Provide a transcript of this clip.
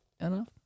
enough